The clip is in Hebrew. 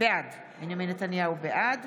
בעד